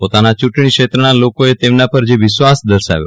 પોતાના ચૂંટણીક્ષેત્રના લોકોએ તેમના પર જે વિશ્વાસ દર્શા વ્યો